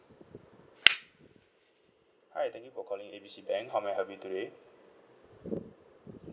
hi thank you for calling A B C bank how may I help you today